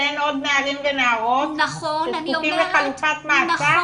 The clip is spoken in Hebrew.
שאין עוד נערים ונערות שזקוקים לחלופת מעצר?